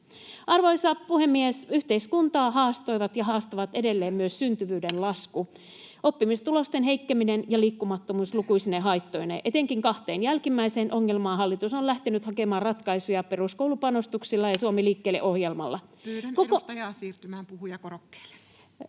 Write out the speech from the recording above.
Arvoisa puhemies! Yhteiskuntaa haastoivat ja haastavat edelleen myös syntyvyyden lasku, oppimistulosten heikkeneminen ja liikkumattomuus lukuisine haittoineen. Etenkin kahteen jälkimmäiseen ongelmaan hallitus on lähtenyt hakemaan ratkaisuja peruskoulupanostuksilla ja Suomi liikkeelle